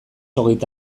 hogeita